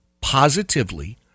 positively